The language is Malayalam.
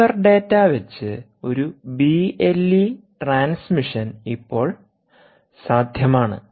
സെൻസർ ഡാറ്റ വച്ച് ഒരു ബി എൽ ഇ ട്രാൻസ്മിഷൻ ഇപ്പോൾ സാധ്യമാണ്